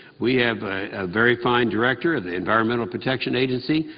we have a very fine director of the enviromental protection agency,